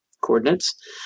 coordinates